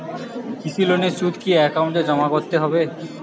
কৃষি লোনের সুদ কি একাউন্টে জমা করতে হবে?